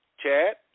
Chad